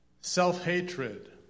self-hatred